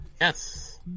Yes